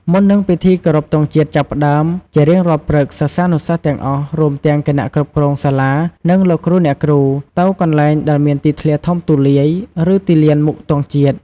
មុននឹងពិធីគោរពទង់ជាតិចាប់ផ្ដើមជារៀងរាល់ព្រឹក សិស្សានុសិស្សទាំងអស់ រួមទាំងគណៈគ្រប់គ្រងសាលា និងលោកគ្រូអ្នកគ្រូ ទៅកន្លែងដែលមានទីធ្លាធំទូលាយ ឬទីលានមុខទង់ជាតិ។